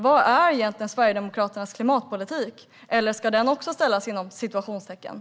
Vad är Sverigedemokraternas klimatpolitik egentligen? Eller ska det sättas citationstecken om den också?